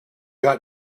got